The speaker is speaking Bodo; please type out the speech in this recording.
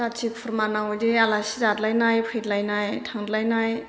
जाथि खुरमानाव बिदि आलासि जालायनाय फैलायनाय थांलायनाय